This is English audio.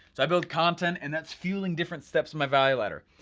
i build content and that's fueling different steps in my value ladder.